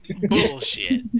bullshit